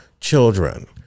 children